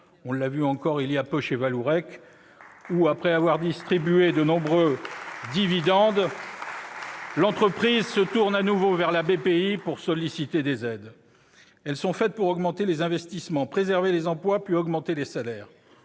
On l'a vu encore voilà peu chez Vallourec : après avoir distribué de nombreux dividendes, l'entreprise se tourne de nouveau vers la BPI pour solliciter des aides. Les aides sont faites pour augmenter les investissements, préserver les emplois, puis augmenter les salaires.